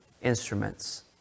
instruments